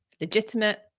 Legitimate